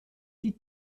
die